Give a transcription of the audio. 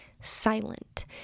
silent